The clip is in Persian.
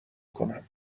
کنم